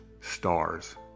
stars